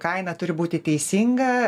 kaina turi būti teisinga